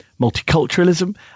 multiculturalism